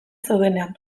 zeudenean